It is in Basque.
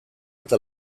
eta